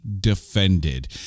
defended